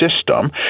system